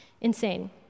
Insane